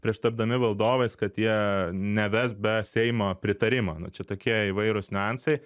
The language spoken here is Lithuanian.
prieš tapdami valdovais kad jie neves be seimo pritarimo nu čia tokie įvairūs niuansai